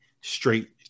straight